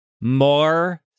more